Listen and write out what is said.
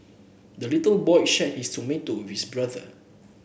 the little boy shared his tomato with brother